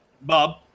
Bob